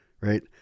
Right